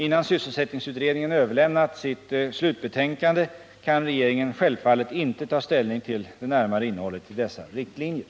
Innan sysselsättningsutredningen överlämnat sitt slutbetänkande kan regeringen självfallet inte ta ställning till det närmare innehållet i dessa riktlinjer.